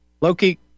Loki